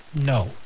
no